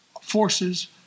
forces